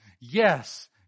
Yes